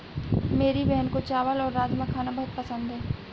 मेरी बहन को चावल और राजमा खाना बहुत पसंद है